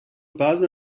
pas